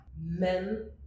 Men